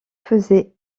faisait